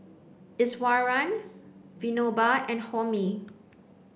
Iswaran Vinoba and Homi